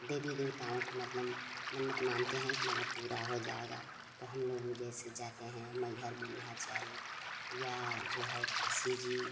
देवी देवताओं को मतलब मन्नत मानते हैं कि मतलब पूरा हो जाएगा तो हम लोग जैसे जाते हैं मइहर विंध्याचल या जो है काशी जी